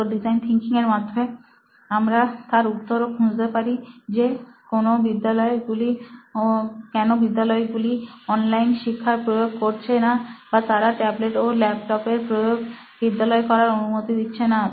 তো design thinking এর মাধ্যমে আমরা তার উত্তর ও খুঁজতে পারি যে কেন বিদ্যালয় গুলি অনলাইন শিক্ষার প্রয়োগ করছে না বা তারা ট্যাবলেট ও ল্যাপটপ এর প্রয়োগ বিদ্যালয় করার অনুমতি দিচ্ছে না